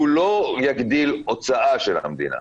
הוא לא יגדיל הוצאה של המדינה.